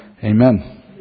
Amen